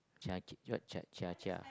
jia what jia jia